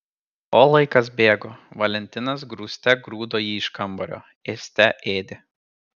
o laikas bėgo valentinas grūste grūdo jį iš kambario ėste ėdė